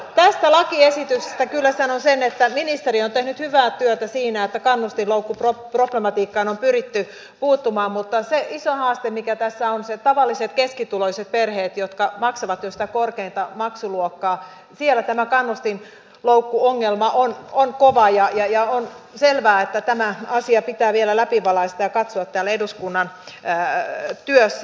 tästä lakiesityksestä kyllä sanon sen että ministeri on tehnyt hyvää työtä siinä että kannustinloukkuproblematiikkaan on pyritty puuttumaan mutta se iso haaste mikä tässä on on se että tavallisilla keskituloisilla perheillä jotka maksavat jo sitä korkeinta maksuluokkaa tämä kannustinloukkuongelma on kova ja on selvää että tämä asia pitää vielä läpivalaista ja katsoa täällä eduskunnan työssä